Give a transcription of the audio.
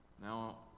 Now